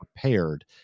prepared